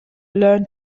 learn